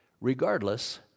regardless